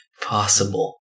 possible